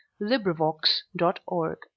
LibriVox.org